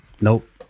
Nope